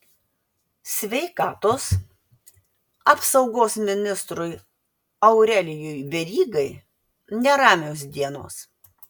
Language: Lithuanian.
sveikatos apsaugos ministrui aurelijui verygai neramios dienos